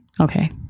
Okay